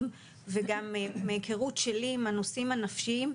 וגם מהיכרות שלי עם הנושאים הנפשיים,